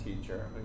teacher